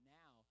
now